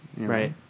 Right